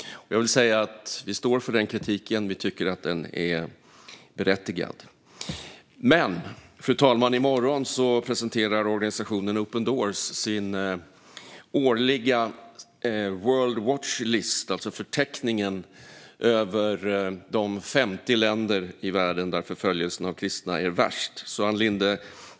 Vi står för den kritiken. Vi tycker att den är berättigad. Fru talman! I morgon presenterar organisationen Open Doors sin årliga World Watch List. Det är en förteckning över de 50 länder i världen där förföljelsen av kristna är värst.